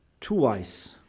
twice